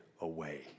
away